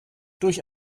durch